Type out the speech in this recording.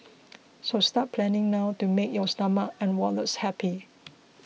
so start planning now to make your stomach and wallets happy